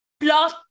plot